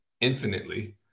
infinitely